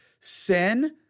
sin